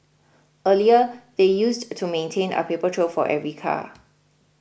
earlier they used to maintain a paper trail for every car